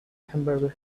hamburger